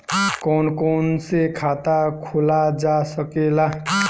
कौन कौन से खाता खोला जा सके ला?